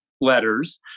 Letters